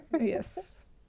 Yes